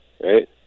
right